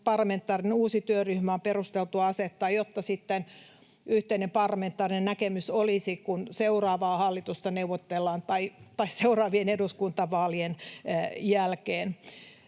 parlamentaarinen uusi työryhmä on perusteltua asettaa, jotta sitten yhteinen parlamentaarinen näkemys olisi seuraavien eduskuntavaalien jälkeen.